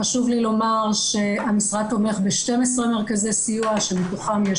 חשוב לי לומר שהמשרד תומך ב-12 מרכזי סיוע שמתוכם יש